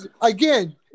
again